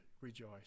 rejoice